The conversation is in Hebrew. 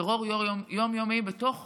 טרור יום-יומי בתוך